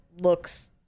looks